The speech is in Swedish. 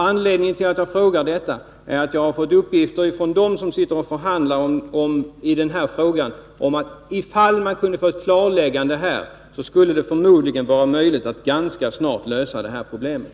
Anledningen till att jag har frågat detta är att jag fått uppgifter ifrån dem som sitter och förhandlar i den här frågan om att ifall man kunde få ett klarläggande här, skulle det förmodligen vara möjligt att ganska snart lösa problemet.